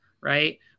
right